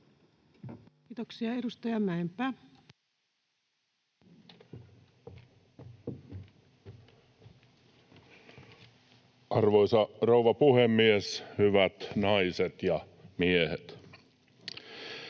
Kiitoksia. — Edustaja Mäenpää. Arvoisa rouva puhemies! Hyvät naiset ja miehet!